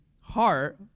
heart